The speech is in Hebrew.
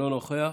אינו נוכח.